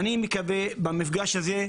אני מקווה במפגש הזה,